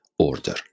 order